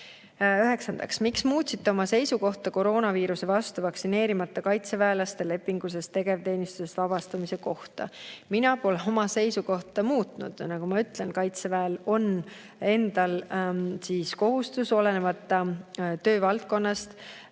Üheksandaks: "Miks muutsite oma seisukohta koroonaviiruse vastu vaktsineerimata kaitseväelaste lepingulisest tegevteenistusest vabastamise kohta?" Mina pole oma seisukohta muutnud. Nagu ma ütlesin, kaitseväel on endal kohustus olenemata töövaldkonnast